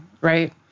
right